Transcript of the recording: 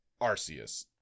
Arceus